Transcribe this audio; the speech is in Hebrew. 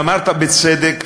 אמרת בצדק,